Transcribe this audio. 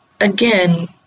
again